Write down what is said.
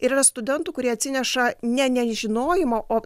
ir yra studentų kurie atsineša ne nežinojimo o